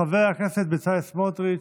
חבר הכנסת בצלאל סמוטריץ'.